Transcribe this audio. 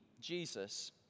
Jesus